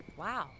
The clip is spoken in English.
Wow